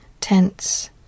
tense